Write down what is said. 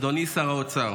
אדוני שר האוצר,